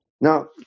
Now